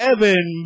Evan